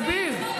אז אני מסביר.